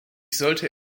sollte